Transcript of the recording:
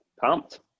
Pumped